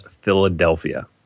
Philadelphia